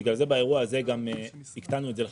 בגלל זה באירוע הזה גם הקטנו את זה ל-50%.